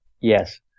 Yes